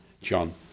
John